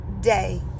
day